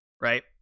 right